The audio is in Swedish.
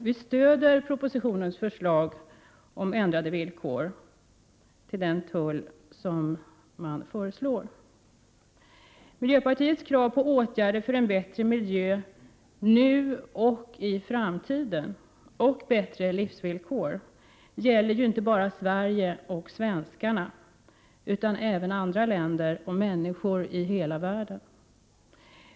Vi stödjer propositionens förslag om ändrade villkor för den tull som föreslås. Miljöpartiets krav på åtgärder för en bättre miljö, nu och i framtiden, och bättre livsvillkor gäller ju inte bara Sverige och svenskarna utan även andra länder och människorna i hela världen.